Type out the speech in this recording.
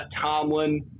Tomlin